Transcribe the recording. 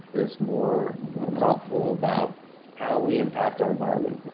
that is more thoughtful about how we impact our environment,